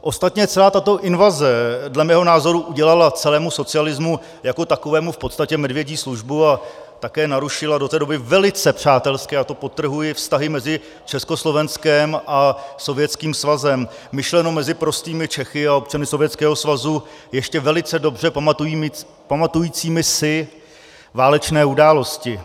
Ostatně celá tato invaze dle mého názoru udělala celému socialismu jako takovému v podstatě medvědí službu a také narušila do té doby velice přátelské, a to podtrhuji, vztahy mezi Československem a Sovětským svazem, myšleno mezi prostými Čechy a občany Sovětského svazu ještě velice dobře pamatujícími si válečné události.